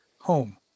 home